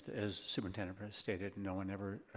as superintendent-president stated no one ever,